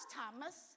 Thomas